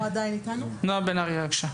בבקשה, נועה בן אריה.